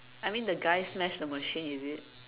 I mean the guy smash the machine is it